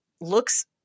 looks